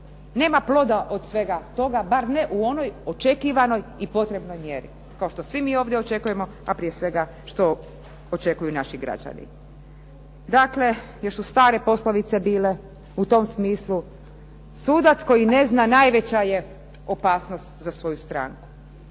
nema ploda od svega toga, bar ne u onoj očekivanoj i potrebnoj mjeri. Kao što mi svi ovdje očekujemo a prije svega što očekuju naši građani. Dakle, još su stare poslovice bile u tom smislu „sudac koji ne zna najveća je opasnost za svoju stranku“